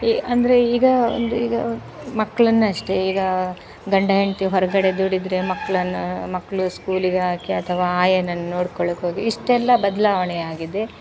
A ಅಂದರೆ ಈಗ ಒಂದು ಈಗ ಮಕ್ಕಳನ್ನ ಅಷ್ಟೇ ಈಗ ಗಂಡ ಹೆಂಡ್ತಿ ಹೊರಗಡೆ ದುಡಿದರೆ ಮಕ್ಕಳನ್ನ ಮಕ್ಕಳು ಸ್ಕೂಲಿಗೆ ಹಾಕಿ ಅಥವಾ ಆಯಾನನ್ನು ನೋಡ್ಕೊಳ್ಳೋಕೊಗಿ ಇಷ್ಟೆಲ್ಲ ಬದಲಾವಣೆ ಆಗಿದೆ